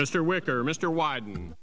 mr wicker mr wyden